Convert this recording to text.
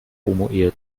homoehe